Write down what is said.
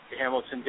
Hamilton